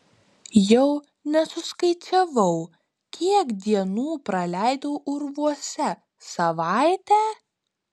jau nesuskaičiavau kiek dienų praleidau urvuose savaitę